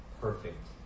perfect